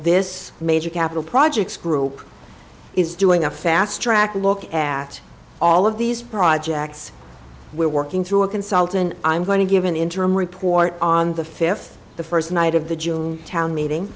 this major capital projects group is doing a fast track look at all of these projects we're working through a consultant i'm going to give an interim report on the fifth the first night of the june town meeting